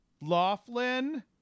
Laughlin